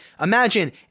imagine